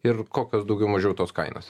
ir kokios daugiau mažiau tos kainos